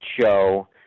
show